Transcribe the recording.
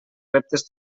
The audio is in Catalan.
reptes